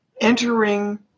entering